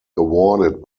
awarded